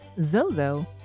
Zozo